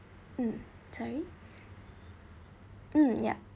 mm sorry mm yup